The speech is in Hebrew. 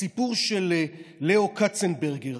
הסיפור של ליאו כצנברגר,